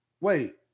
Wait